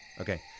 Okay